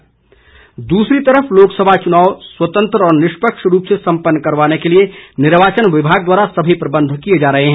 चुनाव प्रबंध लाहौल दूसरी तरफ लोकसभा चुनाव स्वतंत्र व निष्पक्ष रूप से सम्पन्न कराने के लिए निर्वाचन विभाग द्वारा सभी प्रबंध किए जा रहे हैं